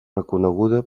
reconeguda